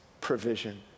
provision